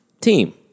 team